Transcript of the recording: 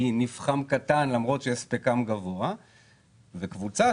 כי נפחם קטן למרות שהספקם גבוה ויש קבוצה,